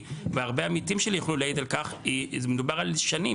והרבה עמיתים שלי יוכלו להעיד על כך מדובר על שנים,